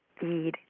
feed